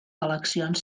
eleccions